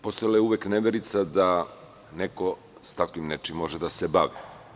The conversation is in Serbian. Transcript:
Postojala je uvek neverica da neko s takvim nečim može da se bavi.